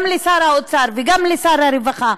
גם לשר האוצר וגם לשר הרווחה,